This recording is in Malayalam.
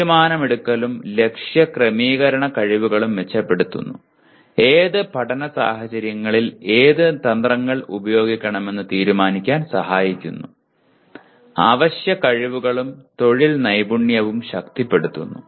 തീരുമാനമെടുക്കലും ലക്ഷ്യ ക്രമീകരണ കഴിവുകളും മെച്ചപ്പെടുത്തുന്നു ഏത് പഠന സാഹചര്യങ്ങളിൽ ഏത് തന്ത്രങ്ങൾ ഉപയോഗിക്കണമെന്ന് തീരുമാനിക്കാൻ സഹായിക്കുന്നു അവശ്യ കഴിവുകളും തൊഴിൽ നൈപുണ്യവും ശക്തിപ്പെടുത്തുന്നു